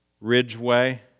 Ridgeway